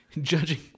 judging